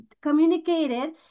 communicated